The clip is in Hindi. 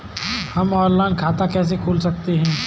हम ऑनलाइन खाता कैसे खोल सकते हैं?